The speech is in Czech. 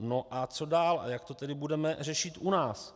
No a co dál a jak to tedy budeme řešit u nás?